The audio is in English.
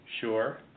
Sure